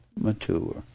mature